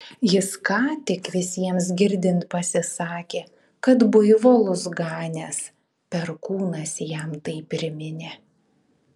jis ką tik visiems girdint pasisakė kad buivolus ganęs perkūnas jam tai priminė